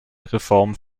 reformen